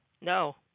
No